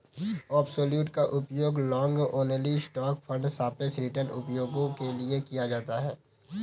absolute का उपयोग long only stock fund सापेक्ष रिटर्न उपायों के लिए किया जाता है